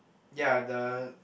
ya the